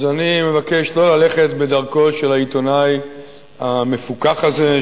אז אני מבקש לא ללכת בדרכו של העיתונאי המפוכח הזה,